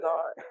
God